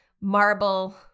marble